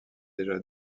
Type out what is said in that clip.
déjà